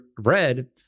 red